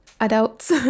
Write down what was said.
adults